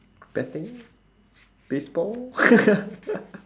betting baseball